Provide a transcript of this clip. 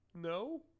No